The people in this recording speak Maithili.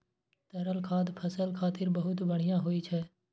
तरल खाद फसल खातिर बहुत बढ़िया होइ छै